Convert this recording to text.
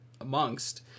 amongst